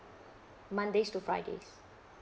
mondays to fridays